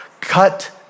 Cut